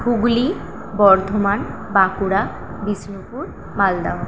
Hooghly Bardhaman Bankura Bishnupur Malda